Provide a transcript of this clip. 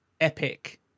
Epic